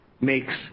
makes